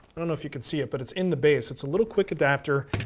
i don't know if you can see it but it's in the base, it's a little quick adapter,